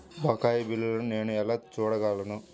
బకాయి బిల్లును నేను ఎలా చూడగలను?